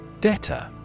Debtor